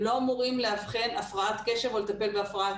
הם לא אמורים לאבחן הפרעת קשב או לטפל בהפרעת